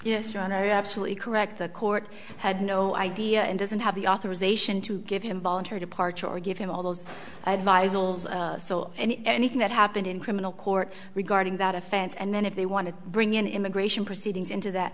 yes absolutely correct the court had no idea and doesn't have the authorization to give him voluntary departure or give him all those advise old soul and anything that happened in criminal court regarding that offense and then if they want to bring in immigration proceedings into that